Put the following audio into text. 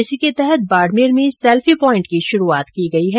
इसी के तहत बाडमेर में सैल्फी पोइन्ट की शुरुआत की गई है